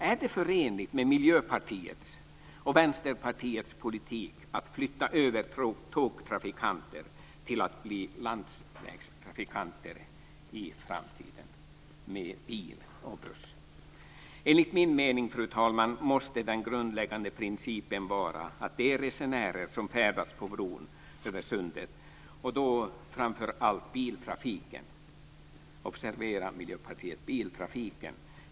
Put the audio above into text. Är det förenligt med Miljöpartiets och Vänsterpartiets politik att flytta över tågtrafikanter till att bli landsvägstrafikanter i framtiden, med bil och buss? Enligt min mening, fru talman, måste den grundläggande principen vara att de resenärer som färdas på bron över sundet, och då framför allt biltrafiken - observera, biltrafiken, Miljöpartiet!